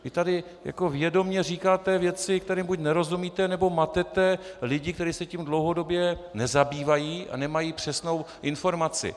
Vy tu vědomě říkáte věci, kterým buď nerozumíte, nebo matete lidi, kteří se tím dlouhodobě nezabývají a nemají přesnou informaci.